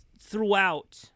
throughout